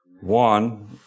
One